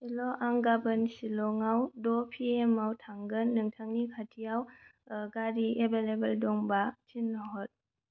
हेल' आं गाबोन शिलंआव द' पिएम आव थांगोन नोंथांनि खाथियाव गारि एबेलेबेल दंबा थिनहर